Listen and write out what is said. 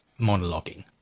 monologuing